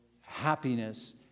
happiness